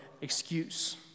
excuse